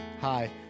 Hi